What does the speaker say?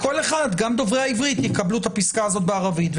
גם דוברי העברית יקבלו את הפיסקה הזאת בערבית.